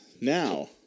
Now